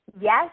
yes